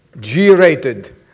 G-rated